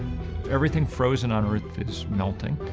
everything frozen on earth is melting.